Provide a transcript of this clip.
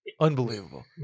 Unbelievable